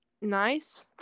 nice